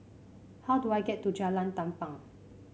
how do I get to Jalan Tampang